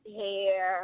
hair